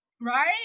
right